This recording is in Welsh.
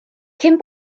cyn